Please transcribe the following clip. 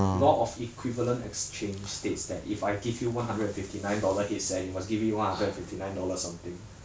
law of equivalent exchange states that if I give you one hundred and fifty nine dollar headset you must give me one hundred and fifty nine dollars something